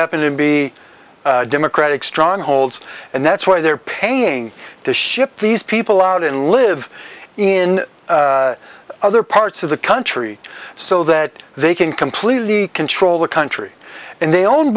happen to be democratic strongholds and that's why they're paying to ship these people out and live in other parts of the country so that they can completely control the country and they own